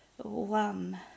One